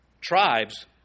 tribes